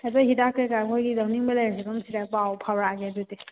ꯑꯗꯣ ꯍꯤꯗꯥꯛ ꯀꯔꯤ ꯀꯔꯤ ꯑꯩꯈꯣꯏꯒꯤ ꯂꯧꯅꯤꯡꯕ ꯂꯩꯔꯁꯨ ꯑꯗꯨꯝ ꯁꯤꯗ ꯄꯥꯎ ꯐꯥꯎꯔꯛꯑꯒꯦ ꯑꯗꯨꯗꯤ